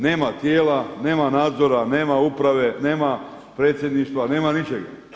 Nema tijela, nema nadzora, nema uprave, nema predsjedništva, nema ničega.